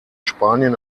spanien